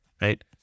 right